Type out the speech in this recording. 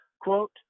quote